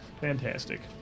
Fantastic